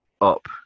up